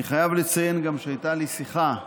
אני חייב לציין גם שהייתה לי שיחה,